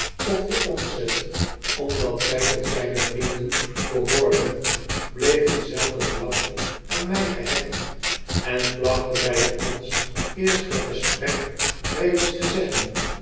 of teonzent omdat zy tot zyne vrienden behoorden bleven zelden lang aan my gehecht en plachten bij ons eerste gesprek reeds te zeggen